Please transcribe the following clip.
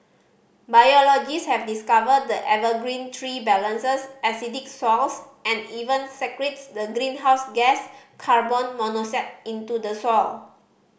biologist have discovered the evergreen tree balances acidic south and even secrets the greenhouse gas carbon monoxide into the soil